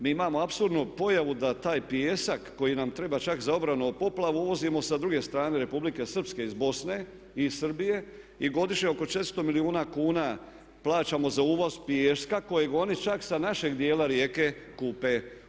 Mi imamo apsurdnu pojavu da taj pijesak koji nam treba čak za obranu od poplava uvozimo sa druge strane Republike Srpske iz Bosne i iz Srbije i godišnje oko 400 milijuna kuna plaćamo za uvoz pijeska kojeg oni čak sa našeg dijela rijeke kupe.